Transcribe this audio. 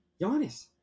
Giannis